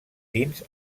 dins